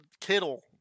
Kittle